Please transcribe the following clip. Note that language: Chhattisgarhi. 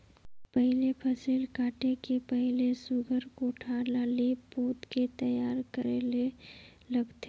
पहिले फसिल काटे के पहिले सुग्घर कोठार ल लीप पोत के तइयार करे ले लागथे